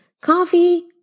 coffee